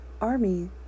Army